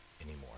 anymore